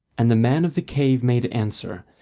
and the man of the cave made answer,